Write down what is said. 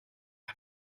man